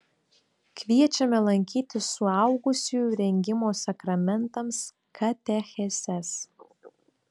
kviečiame lankyti suaugusiųjų rengimo sakramentams katechezes